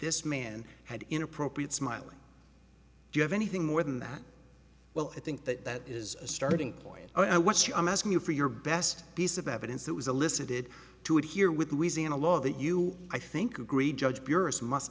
this man had inappropriate smiling do you have anything more than that well i think that that is a starting point i what's your i'm asking you for your best piece of evidence that was a listed to it here with reason a law that you i think agree judge purist must